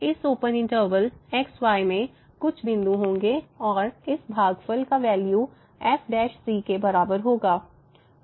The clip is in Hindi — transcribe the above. इस ओपन इंटरवल x y में कुछ बिंदु होंगे और इस भागफल का वैल्यू f के बराबर होगा